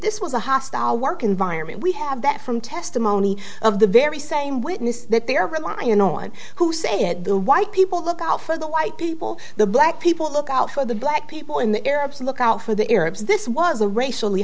this was a hostile work environment we have that from testimony of the very same witness that they are relying on who say at the white people look out for the white people the black people look out for the black people in the arabs look out for the arabs this was a racially